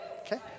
Okay